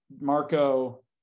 Marco